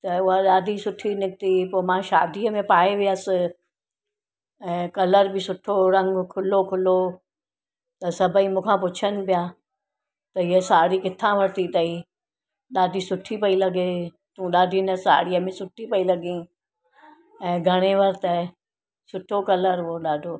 त उहा ॾाढी सुठी निकिती पोइ मां शादीअ में पाए वियसि ऐं कलर बि सुठो हुओ रंग खुलो खुलो त सभई मूंखां पुछनि पिया त हीअ साड़ी किथां वरिती अथई ॾाढी सुठी पई लॻे तूं ॾाढी हिन साड़ीअ में सुठी पई लॻीं ऐं घणे वरतई सुठो कलर हुओ ॾाढो